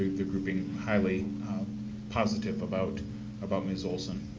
the group being highly positive about about miss olson.